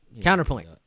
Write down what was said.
counterpoint